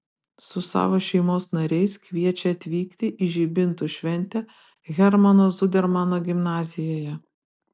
su savo šeimos nariais kviečia atvykti į žibintų šventę hermano zudermano gimnazijoje